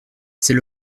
c’est